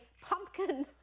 pumpkin